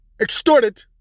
extorted